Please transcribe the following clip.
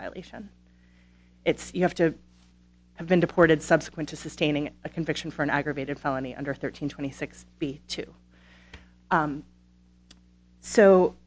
violation it's you have to have been deported subsequent to sustaining a conviction for an aggravated felony under thirteen twenty six b two so i'm so